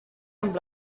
amb